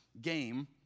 game